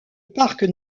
parc